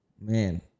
Man